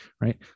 right